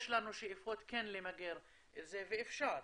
יש לנו שאיפות כן למגר את זה ואפשר.